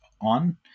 on